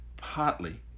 Partly